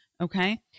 okay